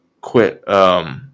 quit